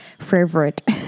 Favorite